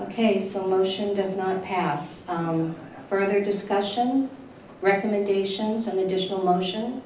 ok so motion does not pass further discussion recommendations an additional option